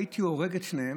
הייתי הורג את שניהם.